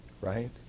Right